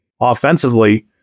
offensively